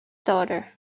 daughter